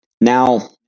Now